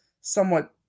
somewhat